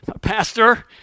pastor